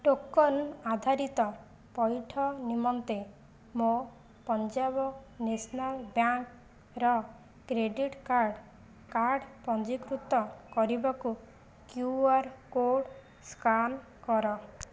token ଆଧାରିତ ପଇଠ ନିମନ୍ତେ ମୋ ପଞ୍ଜାବ ନ୍ୟାସନାଲ୍ ବ୍ୟାଙ୍କର କ୍ରେଡ଼ିଟ୍ କାର୍ଡ଼ କାର୍ଡ଼ ପଞ୍ଜୀକୃତ କରିବାକୁ କ୍ୟୁ ଆର୍ କାର୍ଡ଼ ସ୍କାନ୍ କର